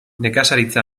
nekazaritza